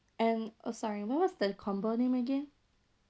and oh sorry what was the combo name again